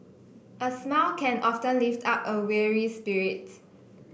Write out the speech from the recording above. a smile can often lift up a weary spirit